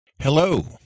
Hello